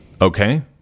okay